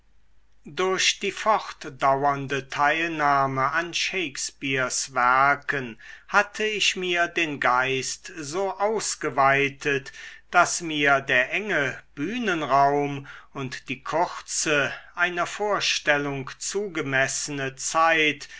durch die fortdauernde teilnahme an shakespeares werken hatte ich mir den geist so ausgeweitet daß mir der enge bühnenraum und die kurze einer vorstellung zugemessene zeit